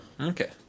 Okay